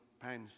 pounds